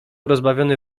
rozbawiony